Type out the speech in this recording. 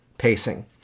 pacing